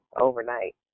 overnight